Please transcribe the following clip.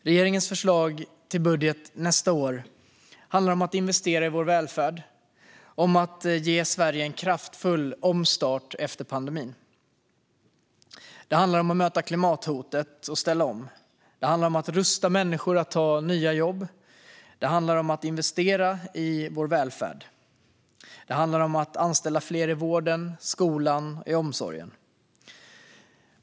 Regeringens förslag till budget för nästa år handlar om att investera i vår välfärd och om att ge Sverige en kraftfull omstart efter pandemin. Det handlar att möta klimathotet och ställa om. Det handlar om att rusta människor att ta nya jobb. Det handlar om att investera i vår välfärd. Det handlar om att anställa fler i vården, i skolan och i omsorgen.